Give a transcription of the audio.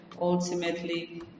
ultimately